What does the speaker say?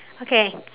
okay